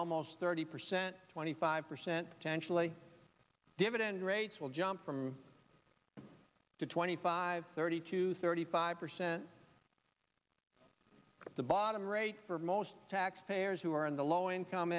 almost thirty percent twenty five percent tensional a dividend rates will jump from one to twenty five thirty to thirty five percent the bottom rate for most taxpayers who are in the low income